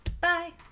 bye